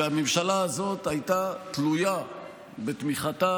והממשלה הזאת הייתה תלויה בתמיכתה